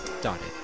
dotted